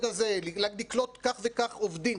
לקלוט כך וכך עובדים,